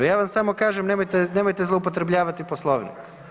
Ja vam samo kažem nemojte zloupotrebljavati Poslovnik.